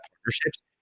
partnerships